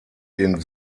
den